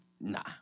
Nah